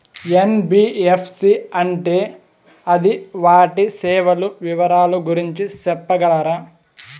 NBFC అంటే అది వాటి సేవలు వివరాలు గురించి సెప్పగలరా?